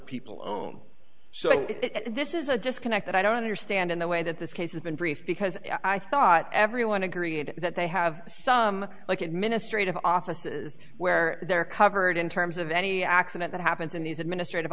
people own so this is a disconnect that i don't understand in the way that this case has been brief because i thought everyone agreed that they have some like administrative offices where they're covered in terms of any accident that happens in these administrative